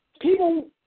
people